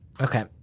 Okay